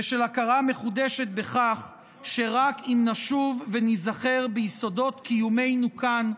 ושל הכרה מחודשת בכך שרק אם נשוב וניזכר ביסודות קיומנו כאן,